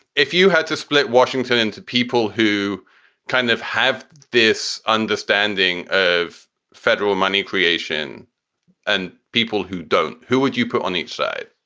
if you had to split what? so into people who kind of have this understanding of federal money creation and people who don't. who would you put on each side?